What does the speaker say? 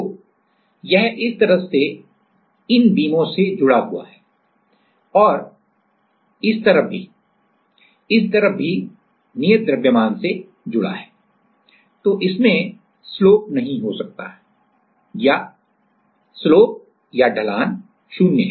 तो यह एक तरफ से इन बीम से जुड़ा हुआ है और ये तरफ भी इस तरफ भी है नियत द्रव्यमान प्रूफ मास proof mass से जुड़ा है तो इसमें ढलान नहीं हो सकता है या ढलान 0 है